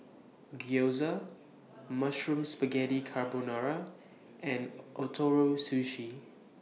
Gyoza Mushroom Spaghetti Carbonara and Ootoro Sushi